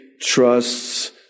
trusts